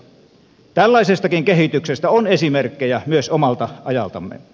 tällaisestakin kehityksestä on esimerkkejä myös omalta ajaltamme